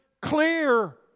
clear